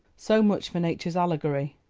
so much for nature's allegory.